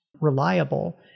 reliable